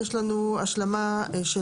יש לנו השלמה של